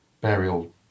burial